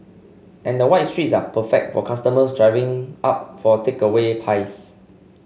and the wide streets are perfect for customers driving up for takeaway pies